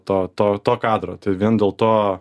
to to to kadro tai vien dėl to